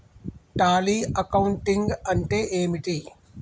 Tally accounting అంటే ఏమిటి?